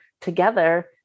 together